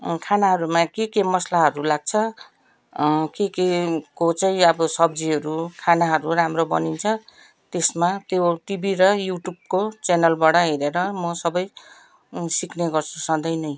खानाहरूमा के के मसलाहरू लाग्छ के केको चाहिँ अब सब्जीहरू खानाहरू राम्रो बनिन्छ त्यसमा त्यो टिभी र युट्युबको चेनेलबाट हेरेर म सबै सिक्नेगर्छु सधैँ नै